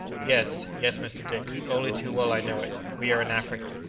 yes, yes, mr. dick, only too well i know it. we are in africa!